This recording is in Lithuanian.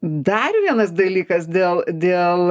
dar vienas dalykas dėl dėl